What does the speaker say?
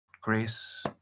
grace